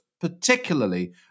particularly